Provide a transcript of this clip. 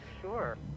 sure